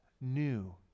new